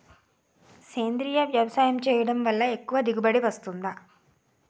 సేంద్రీయ వ్యవసాయం చేయడం వల్ల ఎక్కువ దిగుబడి వస్తుందా?